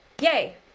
Yay